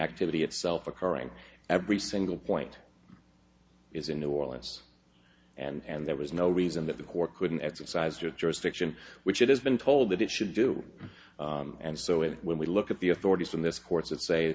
activity itself occurring every single point it's in new orleans and there was no reason that the court couldn't exercise their jurisdiction which it has been told that it should do and so it when we look at the authorities in this courts that say